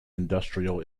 industrial